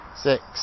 six